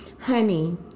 honey